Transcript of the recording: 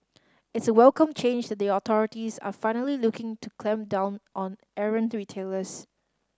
it's a welcome change that the authorities are finally looking to clamp down on errant retailers